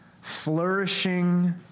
flourishing